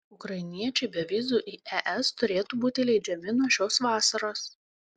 ukrainiečiai be vizų į es turėtų būti įleidžiami nuo šios vasaros